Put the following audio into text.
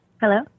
Hello